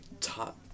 top